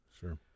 Sure